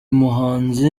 muhanzi